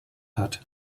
hat